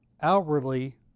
outwardly